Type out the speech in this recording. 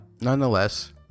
nonetheless